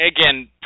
again